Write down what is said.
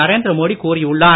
நரேந்திர மோடி கூறியுள்ளார்